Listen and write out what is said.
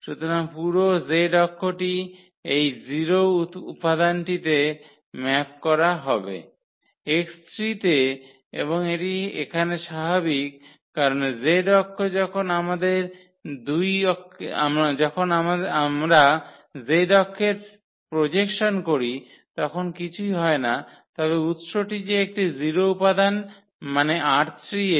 সুতরাং পুরো z অক্ষটি এই 0 উপাদানটিতে ম্যাপ করা হবে ℝ3 তে এবং এটি এখানে স্বাভাবিক কারণ z অক্ষ যখন আমরা z অক্ষের পোজেকসন করি তখন কিছুই হয় না তবে উৎসটি যে একটি 0 উপাদান মানে ℝ3 এ